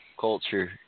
culture